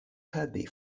kirby